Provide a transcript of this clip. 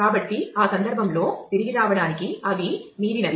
కాబట్టి ఆ సందర్భంలో తిరిగి రావడానికి అవి మీరినవి